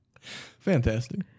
Fantastic